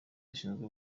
zishinzwe